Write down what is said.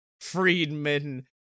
Friedman